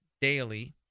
daily